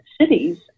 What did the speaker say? cities